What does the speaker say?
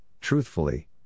truthfully